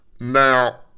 Now